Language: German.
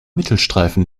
mittelstreifen